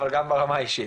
אבל גם ברמה האישית.